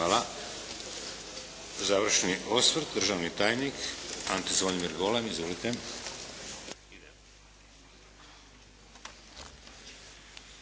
Hvala. Završni osvrt, državni tajnik Ante Zvonimir Golem. Izvolite.